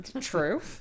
True